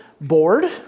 bored